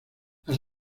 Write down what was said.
las